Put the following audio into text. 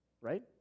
right